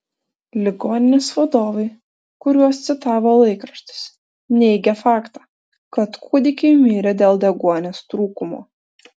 ligoninės vadovai kuriuos citavo laikraštis neigė faktą kad kūdikiai mirė dėl deguonies trūkumo